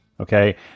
Okay